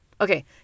Okay